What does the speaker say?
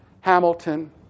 Hamilton